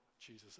Jesus